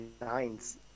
Nines